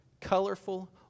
colorful